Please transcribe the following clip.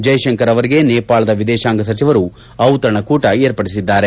ಜಯಶಂಕರ್ ಅವರಿಗೆ ನೇಪಾಳದ ವಿದೇಶಾಂಗ ಸಚಿವರು ಔತಣಕೂಟ ಏರ್ಪಡಿಸಿದ್ದಾರೆ